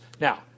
Now